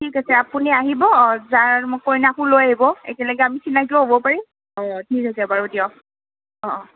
ঠিক আছে আপুনি আহিব যাৰ কইনাকো লৈ আহিব একেলগে আমি চিনাকিও হ'ব পাৰিম হয় ঠিক আছে বাৰু দিয়ক